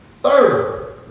Third